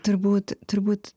turbūt turbūt